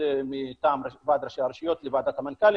מטעם ועד ראשי הרשויות לוועדת המנכ"לים.